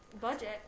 budget